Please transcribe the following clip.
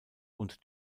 und